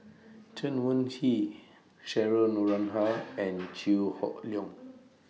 Chen Wen Hsi Cheryl Noronha and Chew Hock Leong